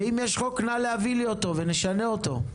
ואם יש חוק נא להביא לי אותו ונשנה אותו.